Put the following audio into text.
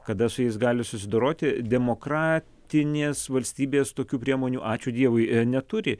kada su jais gali susidoroti demokratinės valstybės tokių priemonių ačiū dievui neturi